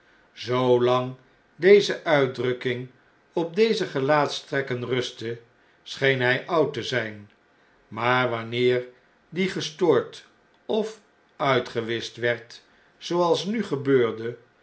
deze uitdrukking op deze gelaatstrekken rustte scheen hjj oud te ztfn maar wanneer die gestoord ofuitgewischt werd zooals nu gebeurde